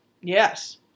Yes